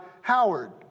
Howard